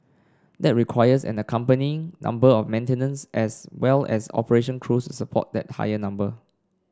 that requires an accompanying number of maintenance as well as operation crews to support that higher number